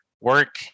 Work